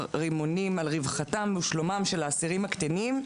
רימונים על רווחתם ושלומם של האסירים הקטינים.